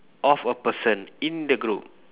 of a person in the group